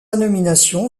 nomination